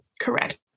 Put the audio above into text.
correct